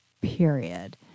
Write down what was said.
period